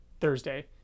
Thursday